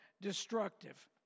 destructive